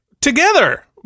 Together